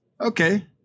Okay